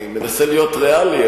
אני מנסה להיות ריאלי.